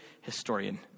historian